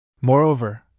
Moreover